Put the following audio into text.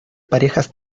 parejas